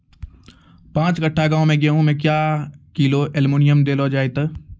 पाँच कट्ठा गांव मे गेहूँ मे क्या किलो एल्मुनियम देले जाय तो?